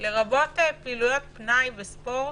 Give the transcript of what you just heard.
לרבות פעולות פנאי וספורט,